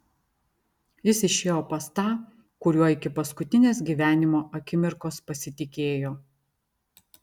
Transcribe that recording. jis išėjo pas tą kuriuo iki paskutinės gyvenimo akimirkos pasitikėjo